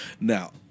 Now